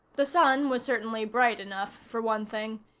the sun was certainly bright enough, for one thing.